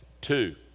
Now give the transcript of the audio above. Two